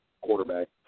quarterback